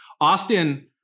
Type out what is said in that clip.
Austin